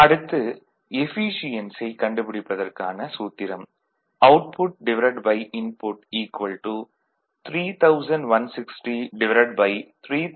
அடுத்து எஃபீசியென்சியைக் கண்டுபிடிப்பதற்கான சூத்திரம் அவுட்புட்இன்புட் 31603300 95